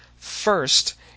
First